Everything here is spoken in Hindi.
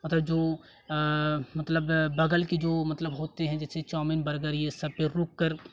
मतलब जो मतलब बगल की जो मतलब होते हैं जैसे चाऊमीन बर्गर ये सब पे रुककर